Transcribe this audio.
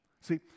See